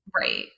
Right